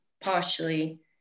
partially